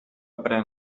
pren